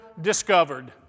discovered